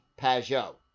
Pajot